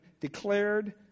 declared